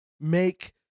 make